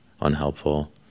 unhelpful